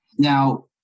Now